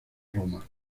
roma